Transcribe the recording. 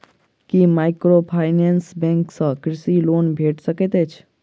की microfinance bank सँ कृषि loan भेटि सकैत अछि?